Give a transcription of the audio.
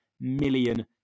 million